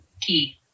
key